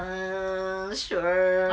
err sure